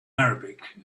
arabic